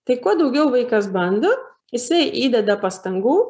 tai kuo daugiau vaikas bando jisai įdeda pastangų